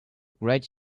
great